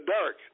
dark